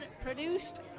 produced